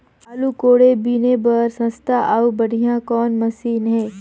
आलू कोड़े बीने बर सस्ता अउ बढ़िया कौन मशीन हे?